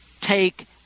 take